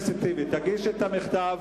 טיבי, תגיש את המכתב.